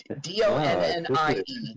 D-O-N-N-I-E